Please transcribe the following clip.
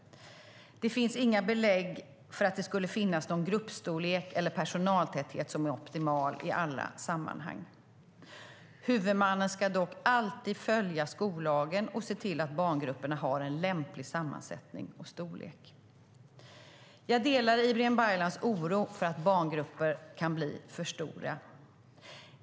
Det finns inga belägg för att det skulle finnas någon gruppstorlek eller personaltäthet som är optimal i alla sammanhang. Huvudmannen ska dock alltid följa skollagen och se till att barngrupperna har en lämplig sammansättning och storlek. Jag delar Ibrahim Baylans oro för att barngrupper kan bli för stora.